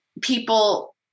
people